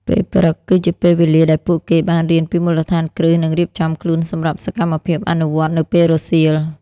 ពេលព្រឹកគឺជាពេលវេលាដែលពួកគេបានរៀនពីមូលដ្ឋានគ្រឹះនិងរៀបចំខ្លួនសម្រាប់សកម្មភាពអនុវត្តន៍នៅពេលរសៀល។